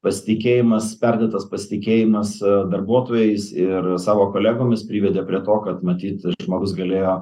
pasitikėjimas perdėtas pasitikėjimas darbuotojais ir savo kolegomis privedė prie to kad matyt žmogus galėjo